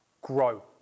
grow